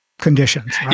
conditions